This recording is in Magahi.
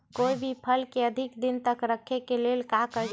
कोई भी फल के अधिक दिन तक रखे के लेल का करी?